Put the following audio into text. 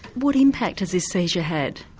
what impact has this seizure had,